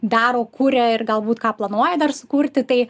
daro kuria ir galbūt ką planuoja dar sukurti tai